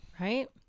right